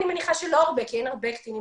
אני מניחה שלא הרבה כי אין הרבה קטינים